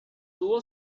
tuvo